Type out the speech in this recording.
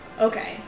okay